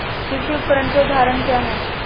कृषि उपकरण के उदाहरण क्या हैं?